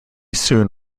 soon